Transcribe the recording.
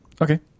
Okay